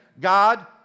God